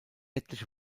etliche